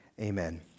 Amen